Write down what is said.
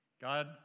God